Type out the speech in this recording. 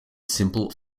simple